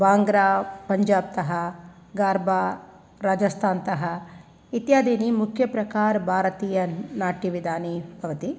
बाङ्ग्रा पञ्जाब्तः गर्भा राजस्थान्तः इत्यादीनि मुख्यप्रकारभारतीयनाट्यविधानि भवन्ति